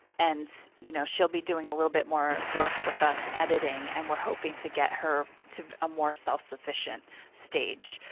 and you. know she'll be doing a little bit more work with us editing, and we're hoping to get her to a more self sufficient stage.